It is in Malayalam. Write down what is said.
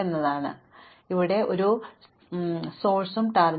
ഓരോ തവണയും ഞാൻ ലൂപ്പിന് ചുറ്റും പോകുമ്പോൾ ചെലവ് മൈനസ് കുറയ്ക്കുന്നു 4